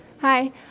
Hi